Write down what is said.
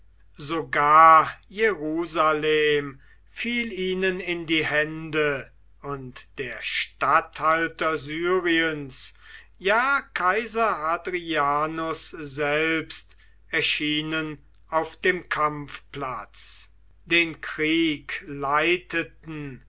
sogar jerusalem fiel ihnen in die hände und der statthalter syriens ja kaiser hadrianus selbst erschienen auf dem kampfplatz den krieg leiteten